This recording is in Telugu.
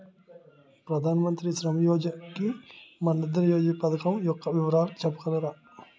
ప్రధాన మంత్రి శ్రమ్ యోగి మన్ధన్ యోజన పథకం యెక్క వివరాలు చెప్పగలరా?